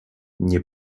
nie